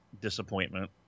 disappointment